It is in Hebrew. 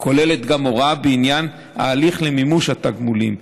כוללת גם הוראה בעניין ההליך למימוש התגמולים,